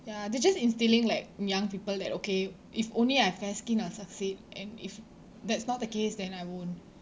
ya they're just instilling like in young people that okay if only I have fair skin I'll succeed and if that's not the case then I won't